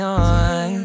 on